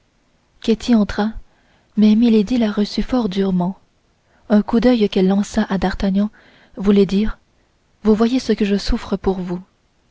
ketty entra mais milady la reçut fort durement un coup d'oeil qu'elle lança à d'artagnan voulait dire vous voyez ce que je souffre pour vous